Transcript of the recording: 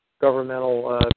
governmental